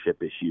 issues